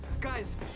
Guys